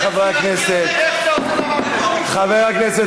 מי עשה, חברי חברי הכנסת,